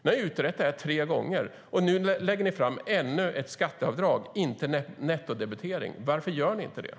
Ni har utrett detta tre gånger, och nu lägger ni fram ännu ett skatteavdrag, inte nettodebitering. Varför gör ni inte det?